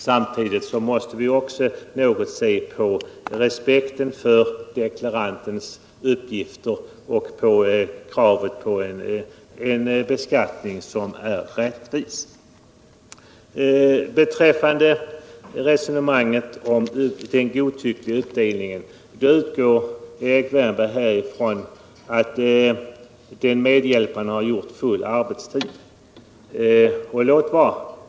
Samtidigt måste vi ju också tänka på respekten för deklarantens uppgifter och kravet på rättvis beskattning. Beträffande resonemanget om den godtyckliga utdelningen utgår Erik Wärnberg från att medhjälparen alltid har gjort full arbetstid.